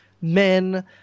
men